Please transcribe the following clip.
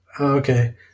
Okay